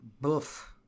Boof